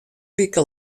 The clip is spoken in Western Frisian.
wiken